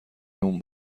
نون